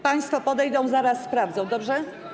Państwo podejdą, zaraz sprawdzą, dobrze?